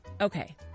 okay